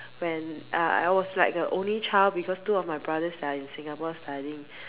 when uh I was like the only child because two of my brothers they're in Singapore studying